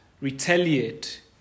retaliate